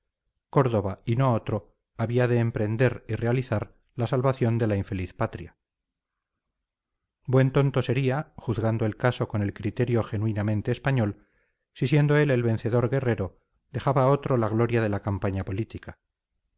córdoba y no otro había de emprender y realizar la salvación de la infeliz patria buen tonto sería juzgando el caso con el criterio genuinamente español si siendo él el vencedor guerrero dejaba a otro la gloria de la campaña política